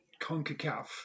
CONCACAF